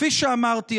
כפי שאמרתי,